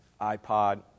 iPod